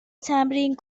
تمرین